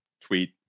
tweet